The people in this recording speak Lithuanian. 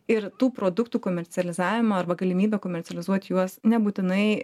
ir tų produktų komercializavimą arba galimybę komercializuot juos nebūtinai